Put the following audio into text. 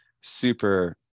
super